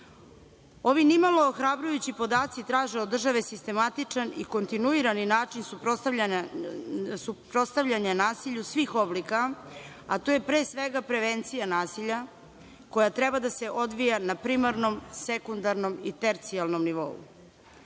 Ovi nimalo ohrabrujući podaci traže od države sistematičan i kontinuirani način suprotstavljanja nasilju svih oblika, a to je pre svega prevencija nasilja koja treba da se odvija na primarnom, sekundarnom i tercijarnom nivou. Na